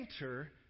enter